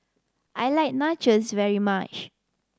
I like Nachos very much